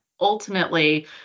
ultimately